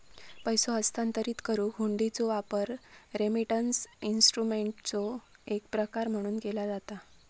पैसो हस्तांतरित करुक हुंडीचो वापर रेमिटन्स इन्स्ट्रुमेंटचो एक प्रकार म्हणून केला जाता